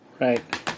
Right